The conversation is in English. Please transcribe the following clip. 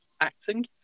acting